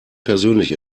persönlich